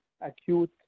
acute